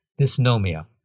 Dysnomia